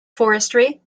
forestry